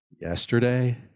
Yesterday